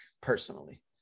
personally